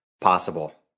possible